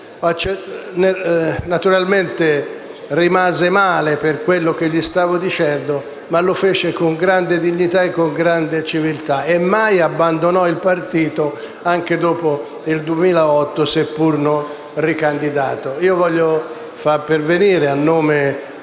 Naturalmente rimase male per quello che gli stavo dicendo, ma reagì con grande dignità e civiltà e non abbandonò mai il partito anche dopo il 2008, seppur non ricandidato. Desidero far pervenire a nome